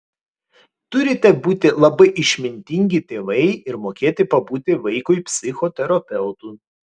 turite būti labai išmintingi tėvai ir mokėti pabūti vaikui psichoterapeutu